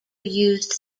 used